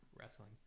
wrestling